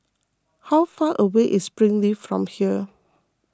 how far away is Springleaf from here